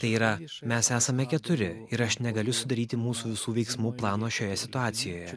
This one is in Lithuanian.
tai yra mes esame keturi ir aš negaliu sudaryti mūsų visų veiksmų plano šioje situacijoje